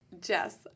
Jess